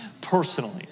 personally